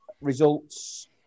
Results